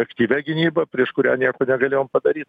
aktyvia gynyba prieš kurią nieko negalėjom padaryt